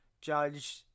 judge